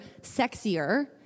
sexier